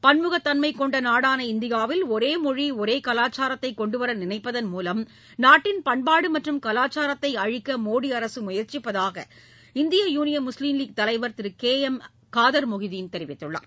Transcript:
பன்முகத்தன்மை கொண்ட நாடான இந்தியாவில் ஒரே மொழி ஒரே கலாச்சாரத்தைக் கொண்டு வர நினைப்பதன் மூலம் நாட்டின் பண்பாடு மற்றும் கலாசாரத்தை அழிக்க மோடி அரசு முயற்சிப்பதாக இந்திய யூனியன் முஸ்லிம் லீக் தலைவர் திரு கே எம் காதர் மொஹிதீன் தெரிவித்துள்ளார்